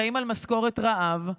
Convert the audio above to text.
חיים על משכורת רעב,